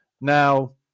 Now